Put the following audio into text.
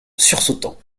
sursautant